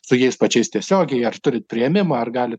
su jais pačiais tiesiogiai ar turit priėmimą ar gali